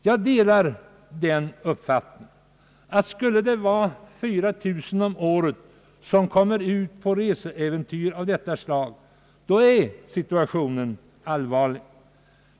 Jag delar den uppfattningen att situationen skulle vara allvarlig om det vore 4000 personer om året som råkade ut för reseäventyr av detta slag.